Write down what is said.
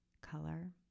color